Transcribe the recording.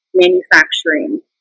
manufacturing